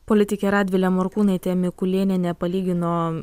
politikė radvilė morkūnaitė mikulėnienė palygino